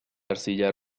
arcilla